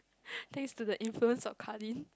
thanks to the influence of Carlyn